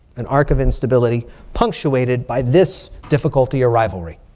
an arc of instability punctuated by this difficulty or rivalry.